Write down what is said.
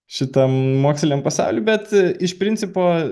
šitam moksliniam pasauly bet iš principo